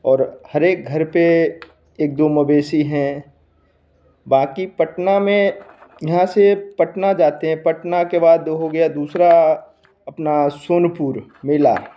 और हरेक घर पर एक दो मवेशी हैं बाकी पटना में यहाँ से पटना जाते हैं पटना के बाद हो गया दूसरा अपना सोनपुर मेला